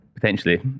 Potentially